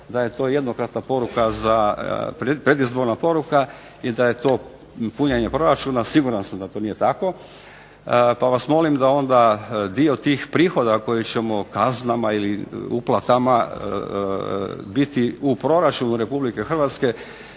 da je to jednokratna poruka, predizborna poruka i da je to i punjenje proračuna siguran sam da to nije tako. Pa vas molim da onda dio tih prihoda koji ćemo kaznama ili uplatama biti u proračunu RH da